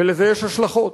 ולזה יש השלכות.